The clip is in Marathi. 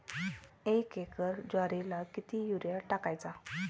एक एकर ज्वारीला किती युरिया टाकायचा?